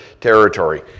territory